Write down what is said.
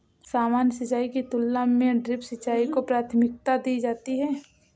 सामान्य सिंचाई की तुलना में ड्रिप सिंचाई को प्राथमिकता दी जाती है